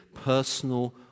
personal